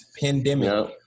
pandemic